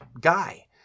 guy